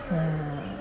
ya